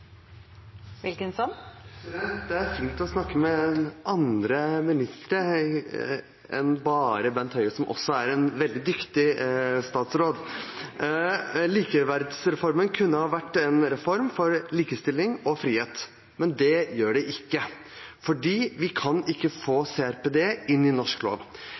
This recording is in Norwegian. fint å snakke med andre ministre enn bare Bent Høie, som også er en veldig dyktig statsråd. Likeverdsreformen kunne ha vært en reform for likestilling og frihet, men det er den ikke, fordi vi ikke kan få CRPD inn i norsk lov.